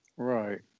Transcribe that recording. Right